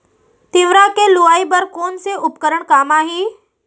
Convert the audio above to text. तिंवरा के लुआई बर कोन से उपकरण काम आही?